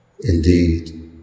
Indeed